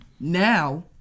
now